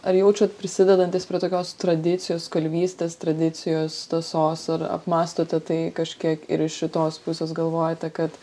ar jaučiat prisidedantis prie tokios tradicijos kalvystės tradicijos tąsos ar apmąstote tai kažkiek ir iš šitos pusės galvojate kad